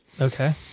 Okay